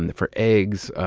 and for eggs,